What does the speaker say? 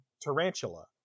tarantula